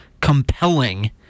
compelling